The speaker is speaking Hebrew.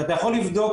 שאתה יכול לבדוק